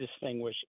distinguish